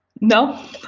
No